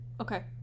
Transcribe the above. Okay